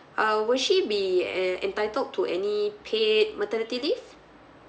uh will she be en~ entitled to any paid maternity leave